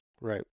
Right